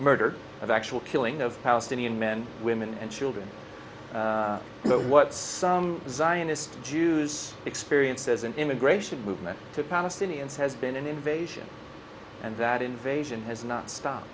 murder of actual killing of palestinian men women and children so what some zionist jews experience as an immigration movement to palestinians has been an invasion and that invasion has not stop